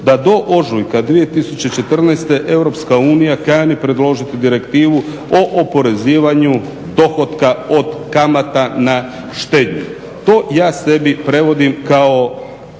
da do ožujka 2014. EU kani predložiti direktivu o oporezivanju dohotka od kamata na štednju. To ja sebi prevodim kao